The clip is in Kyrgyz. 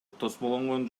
тосмолонгон